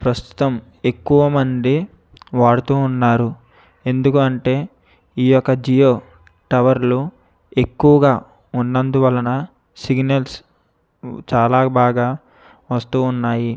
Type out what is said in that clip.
ప్రస్తుతం ఎక్కువ మంది వాడుతూ ఉన్నారు ఎందుకంటే ఈ యొక్క జియో టవర్లు ఎక్కువగా ఉన్నందువలన సిగ్నల్స్ చాలా బాగా వస్తూ ఉన్నాయి